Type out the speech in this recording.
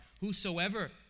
whosoever